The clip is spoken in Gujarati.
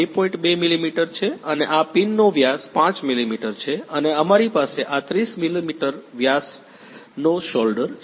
2 મીમી છે અને આ પિનનો વ્યાસ 5 મીમી છે અને અમારી પાસે આ 30 મીમી વ્યાસનો શોલ્ડર છે